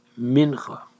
Mincha